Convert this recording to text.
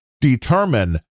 determine